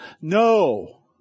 No